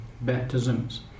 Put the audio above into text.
baptisms